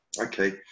Okay